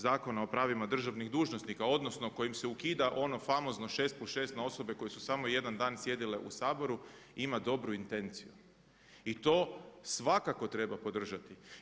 Zakona o pravima državnih dužnosnika odnosno kojim se ukida ono famozno šest plus šest na osobe koje su samo jedan dan sjedile u Saboru ima dobru intenciju i to svakako treba podržati.